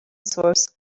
source